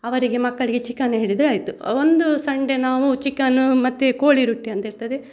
ಅವರಿಗೆ ಮಕ್ಕಳಿಗೆ ಚಿಕನ್ ಹೇಳಿದರೆ ಆಯಿತು ಒಂದು ಸಂಡೇ ನಾವು ಚಿಕನ್ನು ಮತ್ತು ಕೋಳಿರೊಟ್ಟಿ ಅಂತ ಇರ್ತದೆ